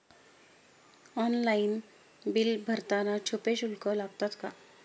Online bill भरताना छुपे शुल्क लागतात का?